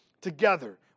together